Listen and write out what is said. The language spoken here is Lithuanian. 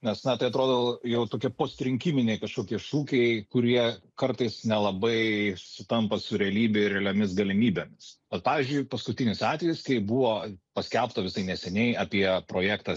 nes na tai atrodo jau tokie postrinkiminiai kažkokie šūkiai kurie kartais nelabai sutampa su realybe ir realiomis galimybėmis vat pavyzdžiui paskutinis atvejis kai buvo paskelbta visai neseniai apie projektą